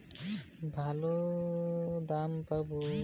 Beans কোথায় রপ্তানি করলে ভালো দাম পাব?